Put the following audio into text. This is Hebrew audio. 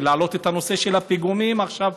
להעלות את הנושא של הפיגומים עכשיו,